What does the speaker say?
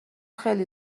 خیلی